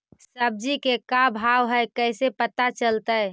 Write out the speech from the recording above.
सब्जी के का भाव है कैसे पता चलतै?